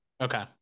Okay